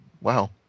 Wow